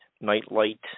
nightlight